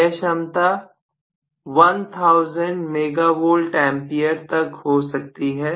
यह क्षमता 1000MVA तक हो सकती है